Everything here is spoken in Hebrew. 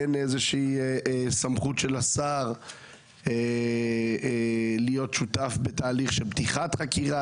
אין איזושהי סמכות של השר להיות שותף בתהליך של פתיחת חקירה,